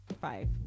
Five